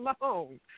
alone